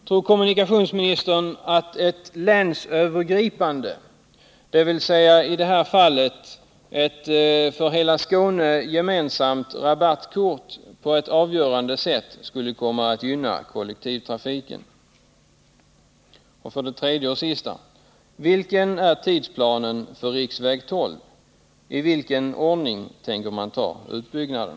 Tror kommunikationsministern att ett länsövergripande — dvs. i det här fallet ett för hela Skåne gemensamt — rabattkort på ett avgörande sätt skulle komma att gynna kollektivtrafiken? 3. Vilken är tidsplanen för riksväg 12? I vilken ordning tänker man ta utbyggnaden?